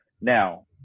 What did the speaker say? Now